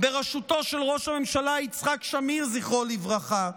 בראשותו של ראש הממשלה יצחק שמיר, זכרו לברכה,